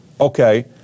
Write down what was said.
Okay